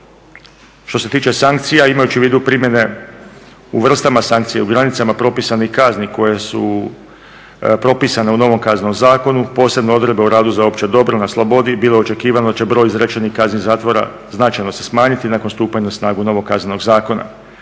Što se tiče sankcija imajući u vidu primjene u vrstama sankcija, u granicama propisanih kazni koje su propisane u novom Kaznenom zakonu, posebno odredbe u radu za opće dobro na slobodi bilo je očekivano da će broj izrečenih kazni zatvora značajno se smanjiti nakon stupanja na snagu novog Kaznenog zakona.